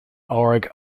org